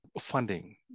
funding